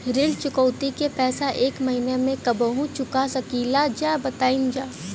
ऋण चुकौती के पैसा एक महिना मे कबहू चुका सकीला जा बताईन जा?